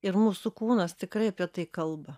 ir mūsų kūnas tikrai apie tai kalba